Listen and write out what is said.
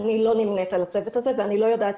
אני לא נמנית על הצוות הזה ואני לא יודעת